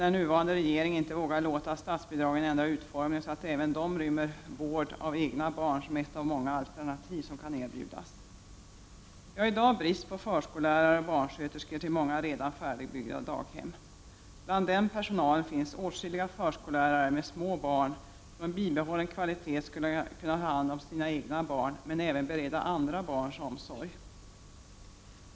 Den nuvarande regeringen vågar inte ge statsbidragen ändrad utformning, så att de även rymmer vård av egna barn som ett av många alternativ som kan erbjudas. Vi har i dag brist på förskollärare och barnsköterskor till många redan färdigbyggda daghem. I dessa personalgrupper finns åtskilliga förskollärare med små barn som med bibehållen kvalitet skulle kunna ta hand om sina egna barn, men även bereda andras barn omsorg.